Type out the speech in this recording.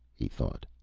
he thought.